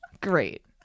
Great